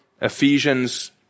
Ephesians